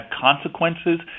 consequences